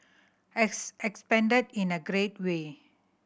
has expanded in a great way